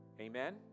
Amen